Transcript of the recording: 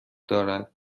دارد